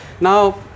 Now